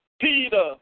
Peter